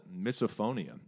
misophonia